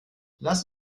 lass